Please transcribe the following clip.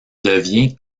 devient